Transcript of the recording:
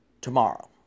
tomorrow